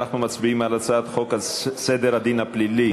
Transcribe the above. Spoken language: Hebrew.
אנחנו מצביעים על הצעת חוק סדר הדין הפלילי